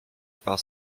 par